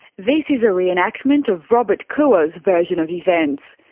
this is a re-enactment of robert koua's version of events.